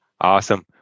Awesome